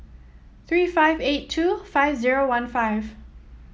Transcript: three five eight two five zero one five